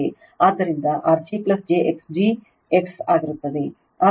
ಆದ್ದರಿಂದR g j x g X ಆಗಿರುತ್ತದೆ ಇದು ಸ್ವಯಂ ಮಾಡಬಹುದು